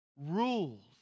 rules